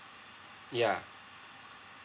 ya